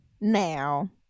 now